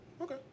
Okay